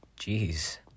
Jeez